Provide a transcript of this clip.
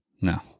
no